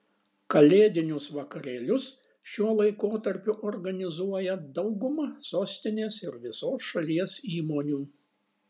kalėdinius vakarėlius šiuo laikotarpiu organizuoja dauguma sostinės ir visos šalies įmonių